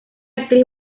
actriz